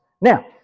Now